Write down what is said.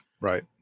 Right